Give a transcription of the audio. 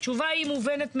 התשובה היא מובנת מאליה.